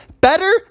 better